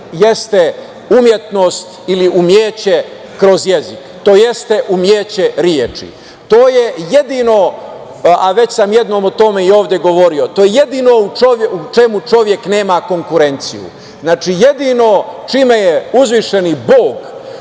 jeste umetnost ili umeće kroz jezik. To jeste umeće reči. To je jedino, a već sam jednom o tome i ovde govorio, to je jedino u čemu čovek nema konkurenciju. Znači, jedino čime je uzvišeni Bog